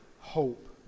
hope